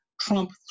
trump